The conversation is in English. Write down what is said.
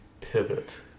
pivot